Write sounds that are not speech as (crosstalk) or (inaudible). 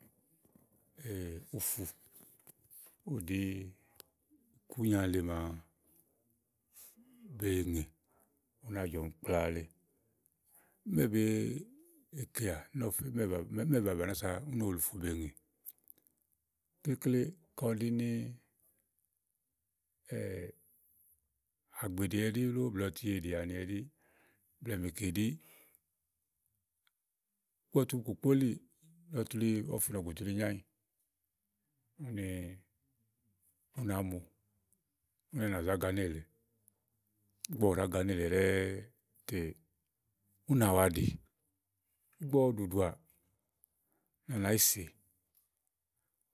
(hesitation) Ùfù ùɖi ikùnya le màa be ŋè ù na Jɔ̀m kpla le. Ímɛ be kéà? Ímɛ̀ babàni kàsa ù newùlì ùfù be ŋè? Klekle kɔ ùɖini agbèɖì ɛɖi lóo blɛ́ɛ ɔtièɖi àni ɛɖí blɛ̀ɛ mèkèɖi. Ígɔ ɔwɛ tu ìkpòkpóli ùni ɔwɛ fù ìnɔ̀gù tu ili nyo ànyi ùni ù nàá mo ùni à nà za ga néèle. Ìgbɔ ɔwɛ ɖàá ga néèle ɖɛ́ɛ́ té ù nà wa ɖi. Ìgbɔ ɔwɛ ɖùɖùà ùni á nà yi se.